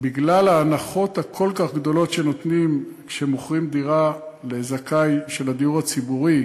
בגלל ההנחות הכל-כך גדולות שנותנים כשמוכרים דירה לזכאי הדיור הציבורי,